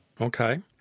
Okay